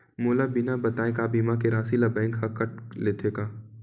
मोला बिना बताय का बीमा के राशि ला बैंक हा कत लेते का?